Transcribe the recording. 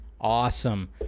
awesome